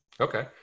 Okay